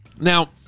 Now